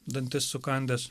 dantis sukandęs